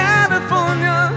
California